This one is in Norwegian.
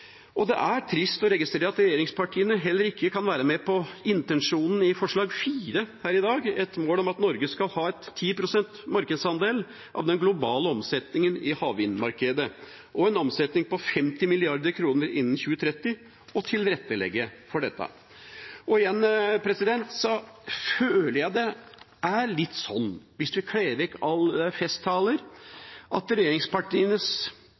Det er trist å registrere at regjeringspartiene heller ikke kan være med på intensjonen i forslag nr. 4 her i dag: «Stortinget ber regjeringen sette et mål om at Norge skal ha en 10 pst. markedsandel av den globale omsetningen i havvindmarkedet, og en omsetning på 50 mrd. kroner innen 2030, og tilrettelegge for dette.» Igjen føler jeg det er litt sånn, hvis en kler vekk alle festtaler, at regjeringspartienes